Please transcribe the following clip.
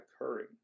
occurring